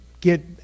get